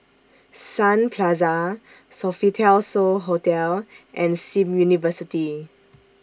Sun Plaza Sofitel So Hotel and SIM University